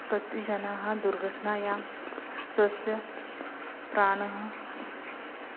कतिजनाः दुर्घट्नायाः स्वस्य प्राणः